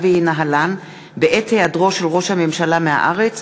וינהלן בעת היעדרו של ראש הממשלה מהארץ,